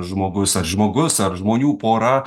žmogus ar žmogus ar žmonių pora